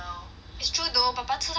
it's true though papa 吃太多 liao